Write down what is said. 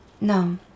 No